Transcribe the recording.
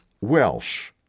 Welsh